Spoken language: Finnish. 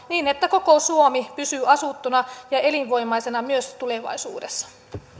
niin että koko suomi pysyy asuttuna ja elinvoimaisena myös tulevaisuudessa